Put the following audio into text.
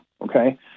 okay